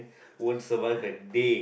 won't survive a day